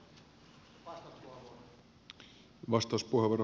arvoisa puhemies